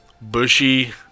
bushy